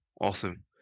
Awesome